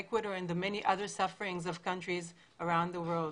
אקוודור ומדינות רבות נוספות הסובלות ברחבי העולם.